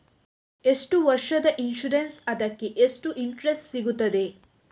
ಎಷ್ಟು ವರ್ಷದ ಇನ್ಸೂರೆನ್ಸ್ ಅದಕ್ಕೆ ಎಷ್ಟು ಇಂಟ್ರೆಸ್ಟ್ ಸಿಗುತ್ತದೆ?